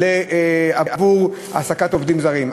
עבור העסקת עובדים זרים.